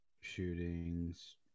shootings